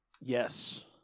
Yes